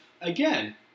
again